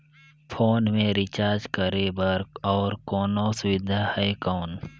Phone मे recharge करे बर और कोनो सुविधा है कौन?